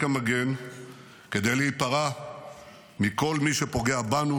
המגן כדי להיפרע מכל מי שפוגע בנו,